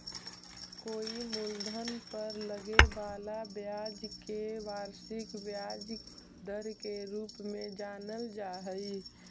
कोई मूलधन पर लगे वाला ब्याज के वार्षिक ब्याज दर के रूप में जानल जा हई